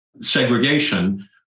Segregation